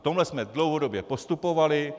V tomhle jsme dlouhodobě postupovali.